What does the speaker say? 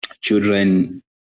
children